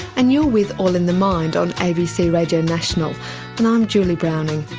and you are with all in the mind on abc radio national and i'm julie browning.